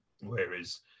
Whereas